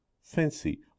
fancy